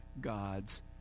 gods